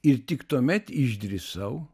ir tik tuomet išdrįsau